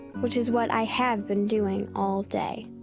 which is what i have been doing all day.